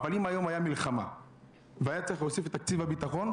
אבל אם היום הייתה מלחמה והיה צריך להוסיף לתקציב הביטחון,